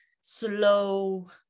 slow